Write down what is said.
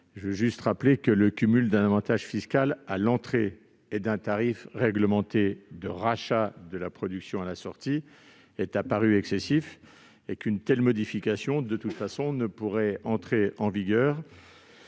Je veux aussi rappeler que le cumul d'un avantage fiscal à l'entrée et d'un tarif réglementé de rachat de la production à la sortie est apparu excessif et qu'une telle modification ne pourrait de toute façon entrer en vigueur